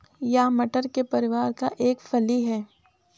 यह मटर के परिवार का एक फली है